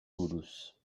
buruz